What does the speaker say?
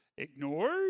ignored